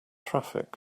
traffic